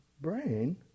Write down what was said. brain